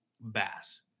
bass